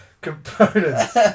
Components